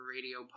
Radio